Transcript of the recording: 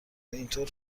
اینطور